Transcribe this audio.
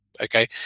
okay